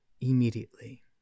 immediately